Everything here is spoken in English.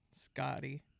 Scotty